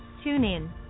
TuneIn